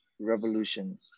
revolution